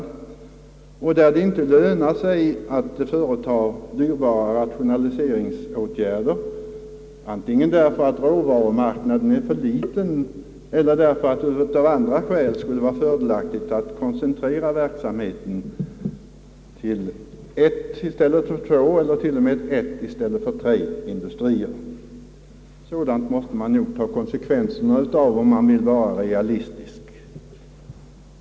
Det kan ju också finnas branscher där det inte lönar sig att företa dyrbara rationaliseringsåtgärder, antingen därför att marknaden är för liten eller därför att det av andra skäl kan vara fördelaktigt att koncentrera verksamheten till ett enda företag i stället för två eller kanske till och med tre. Sådana fakta måste man ta konsekvenserna av om man vill vara realistisk.